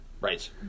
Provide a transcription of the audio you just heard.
Right